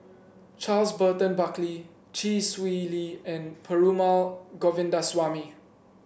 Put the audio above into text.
Charles Burton Buckley Chee Swee Lee and Perumal Govindaswamy